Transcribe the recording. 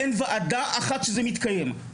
אין ועדה אחת שזה מתקיים.